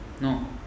No